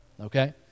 okay